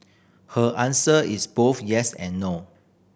her answer is both yes and no